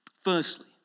Firstly